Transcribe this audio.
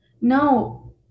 no